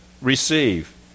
receive